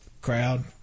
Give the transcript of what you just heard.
crowd